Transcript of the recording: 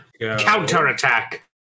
Counterattack